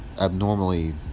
abnormally